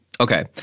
Okay